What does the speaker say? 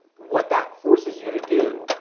what that forces you to do,